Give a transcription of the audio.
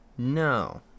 No